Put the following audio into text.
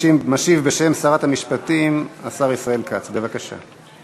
משיב בשם שרת המשפטים השר ישראל כץ, בבקשה.